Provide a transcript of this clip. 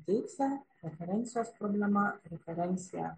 deiksė referencijos problema referencija